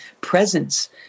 presence